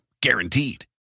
Guaranteed